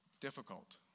difficult